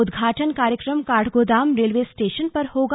उदघाटन कार्यक्रम Kathgodam railway station पर होगा